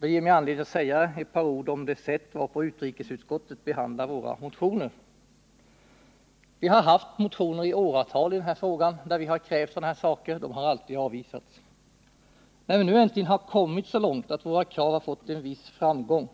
Det ger mig anledning att säga ett par ord om det sätt på vilket utrikesutskottet behandlar våra motioner. Vi har i åratal haft motioner i den här frågan, men våra krav har alltid avvisats. När vi nu äntligen har kommit så långt att våra krav har rönt en viss framgång